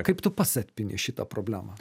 kaip tu pats atpini šitą problemą